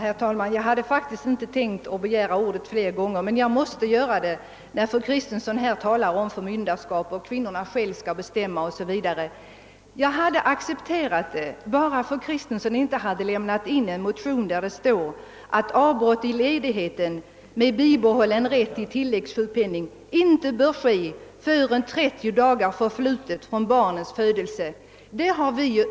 Herr talman! Jag hade inte tänkt begära ordet flera gånger men jag måste göra det när fru Kristensson talar om förmyndarskap och att kvinnorna själva skall bestämma 0. s. v. Jag hade accepterat detta om bara inte fru Kristensson hade lämnat in en motion där det står att avbrott i ledigheten med bibehållen rätt till tilläggssjukpenning inte bör ske förrän 30 dagar förflutit från barnets födelse.